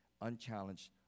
unchallenged